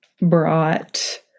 brought